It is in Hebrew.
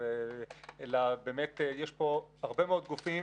אלא באמת יש פה הרבה מאוד גופים